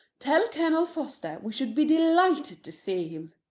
tell colonel forster we should be delighted to see him.